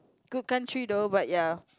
good country though but ya